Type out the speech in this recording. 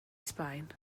sbaen